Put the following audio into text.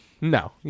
No